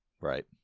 Right